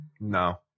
No